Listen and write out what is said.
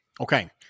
Okay